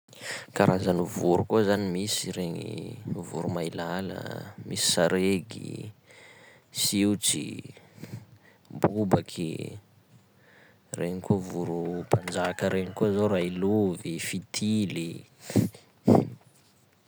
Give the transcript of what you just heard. Karazan'ny voro koa zany misy regny: voromailala a, misy saregy, siotsy, bobaky, regny koa voro mpanjaka regny koa zao railovy, fitily.